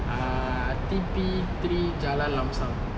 err T P three jalan lam sam